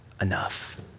enough